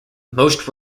most